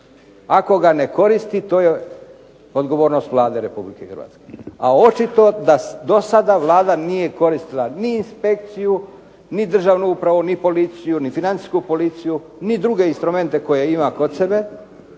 Ako ga ne koristi to je odgovornost Vlade Republike Hrvatske a očito da do sada Vlada nije koristila ni inspekciju ni državnu upravu, ni policiju, ni financijsku policiju, ni druge instrumente koje ima kod sebe